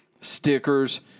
stickers